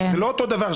זה לא אותו הדבר.